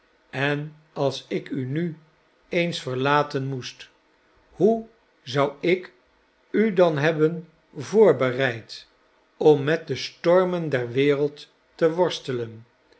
en als ik u nu eens verlaten moest hoe zou ik u dan hebben voorbereid om met de stormen der wereld te worstelen